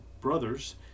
brothers